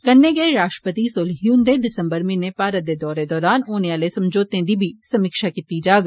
कन्नै गै राश्ट्रपति सोलिह हुन्दे दिसम्बर म्हीने भारत दे दौरे दौरान होने आले समझौते दी समीक्षा बी कीती जाग